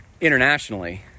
internationally